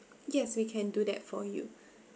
yes we can do that for you